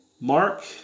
Mark